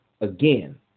Again